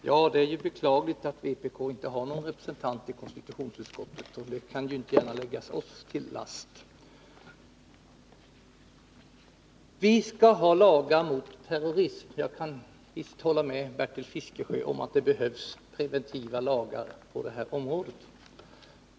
Herr talman! Ja, det är beklagligt att vpk inte har någon representant i konstitutionsutskottet, men det kan ju inte läggas oss till last. Vi skall ha lagar mot terrorism. Jag kan visst hålla med Bertil Fiskesjö om att det behövs preventiva lagar på det här området.